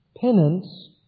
penance